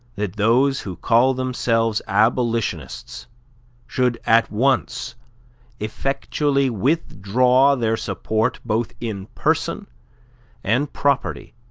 that those who call themselves abolitionists should at once effectually withdraw their support both in person and property,